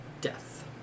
Death